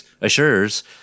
assures